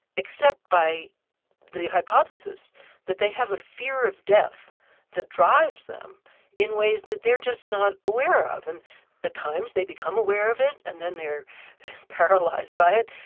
except by the hypothesis that they have a fear of death that drives them in ways that they're just not aware of. and at times they become aware of it, and then they're paralysed by it,